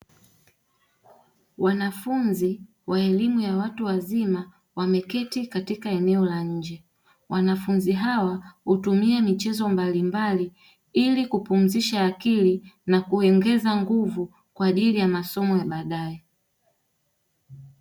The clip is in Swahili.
Wanafunzi wa elllimu ya watu wazima wameketi katika eneo la nje. Wanafunzi hawa hutumia michezo mbalimbali ili kupumzisha akili na kuongeza nguvu kwa ajili ya masomo ya baadae.